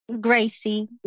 gracie